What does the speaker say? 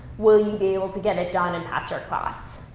will you be able to get it done and pass your class?